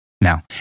Now